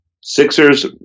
Sixers